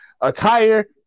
attire